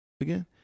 again